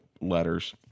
letters